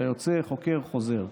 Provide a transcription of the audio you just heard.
אתה יוצא, חוקר, חוזר.